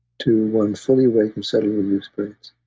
two, one. fully awake and settled in your experience